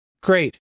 great